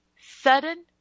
sudden